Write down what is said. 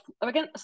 again